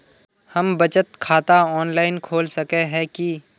हम बचत खाता ऑनलाइन खोल सके है की?